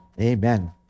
amen